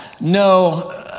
no